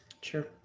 Sure